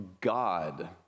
God